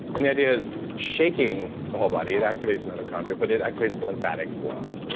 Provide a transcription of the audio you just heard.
and the idea is shaking the whole body it activates mitochondria, but it activates lymphatic flow.